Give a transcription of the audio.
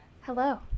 Hello